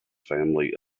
family